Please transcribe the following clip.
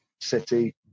City